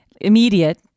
Immediate